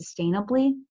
sustainably